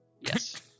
Yes